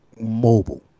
mobile